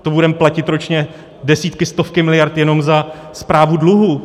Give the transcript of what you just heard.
To budeme platit ročně desítky, stovky miliard jenom za správu dluhů.